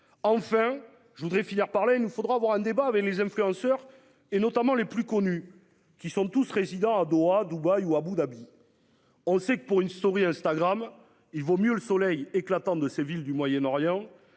Enfin je voudrais finir par là, il nous faudra avoir un débat avec les influenceurs et notamment les plus connus, qui sont tous résidant à Doha, Dubaï ou Abou Dhabi. On sait que pour une Story Instagram, il vaut mieux le soleil éclatant de ces villes du Moyen-Orient